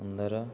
ପନ୍ଦର